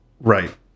Right